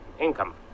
income